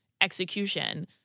execution